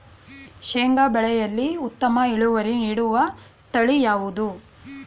ಶೇಂಗಾ ಬೆಳೆಯಲ್ಲಿ ಉತ್ತಮ ಇಳುವರಿ ನೀಡುವ ತಳಿ ಯಾವುದು?